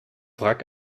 wrack